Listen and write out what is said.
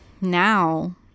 now